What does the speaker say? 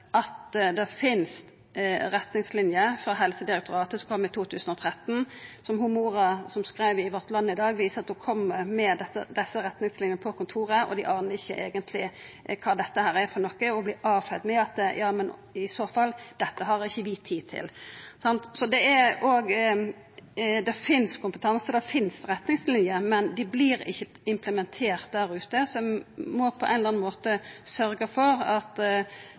at det finst retningslinjer frå Helsedirektoratet, som kom i 2013, som den mora som skreiv i Vårt Land i dag, viser til. Ho kom med desse retningslinjene på kontoret, og dei aner ikkje eigentleg kva dette er for noko, og ho vart avfeia med at dette har i så fall ikkje vi tid til. Så det finst kompetanse, det finst retningslinjer, men dei vert ikkje implementerte der ute. Så ein må på ein eller annan måte sørgja for at